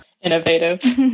Innovative